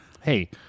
Hey